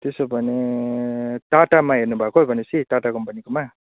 त्यसो भने टाटामा हेर्नुभएको भनेपछि टाटा कम्पनीकोमा